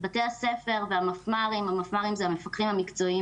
בתי הספר והמפמ"רים המפמ"רים זה המפקחים המקצועיים